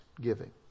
giving